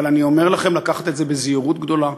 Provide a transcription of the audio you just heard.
אבל אני אומר לכם לקחת את זה בזהירות גדולה,